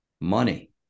money